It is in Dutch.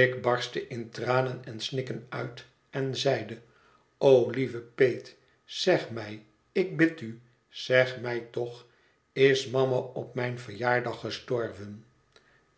ik barstte in tranen en snikken uit en zeide o lieve peet zeg mij ik bid u zeg mij toch is mama op mijn verjaardag gestorven